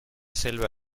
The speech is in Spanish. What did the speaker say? selva